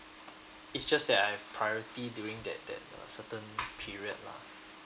it's just that I've priority during that that uh certain period lah